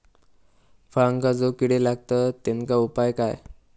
फळांका जो किडे लागतत तेनका उपाय काय?